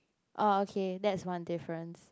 orh okay that's one difference